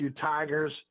Tigers